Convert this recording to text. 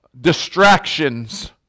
distractions